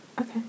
Okay